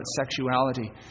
sexuality